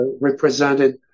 represented